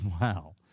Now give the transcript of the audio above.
Wow